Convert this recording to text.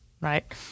right